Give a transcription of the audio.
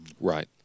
Right